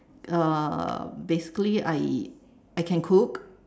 basically I I can cook